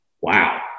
wow